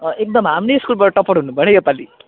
अँ एकदम हाम्रै स्कुलबाट टप्पर हुनुपऱ्यो है योपालि